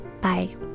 bye